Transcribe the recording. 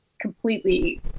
completely